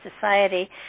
society